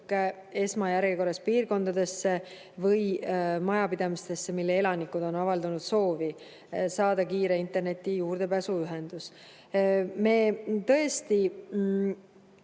esmajärjekorras piirkondadesse või majapidamistele, mille elanikud on avaldanud soovi saada kiirele internetile juurdepääsuühendus. Tõesti,